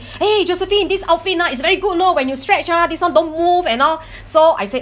!hey! josephine this outfit nah it's very good lor when you stretch ah this one don't move and all so I said